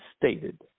stated